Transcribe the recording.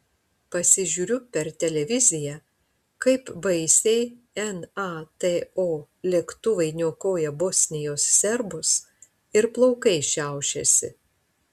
pasižiūriu per televiziją kaip baisiai nato lėktuvai niokoja bosnijos serbus ir plaukai šiaušiasi